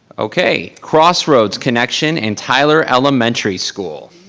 okay, crossroads connection and tyler elementary school.